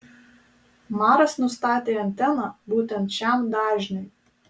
maras nustatė anteną būtent šiam dažniui